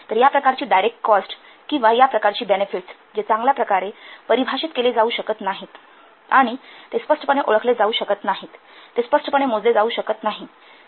तर या प्रकारची डायरेक्ट कॉस्ट किंवा या प्रकारची बेनेफिट्स जे चांगल्याप्रकारे परिभाषित केले जाऊ शकत नाहीत आणि ते स्पष्टपणे ओळखले जाऊ शकत नाहीत ते स्पष्टपणे मोजले जाऊ शकत नाहीत